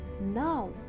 now